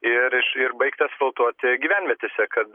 ir iš ir baigta asfaltuoti gyvenvietėse kad